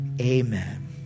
amen